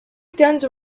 guns